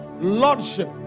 Lordship